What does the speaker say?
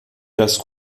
das